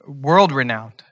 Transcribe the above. world-renowned